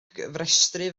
gofrestru